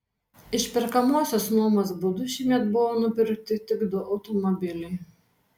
išperkamosios nuomos būdu šiemet buvo nupirkti tik du automobiliai